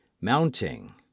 mounting